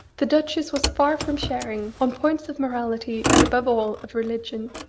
the duchess was far from sharing, on points of morality, and above all of religion,